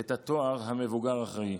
את התואר המבוגר האחראי.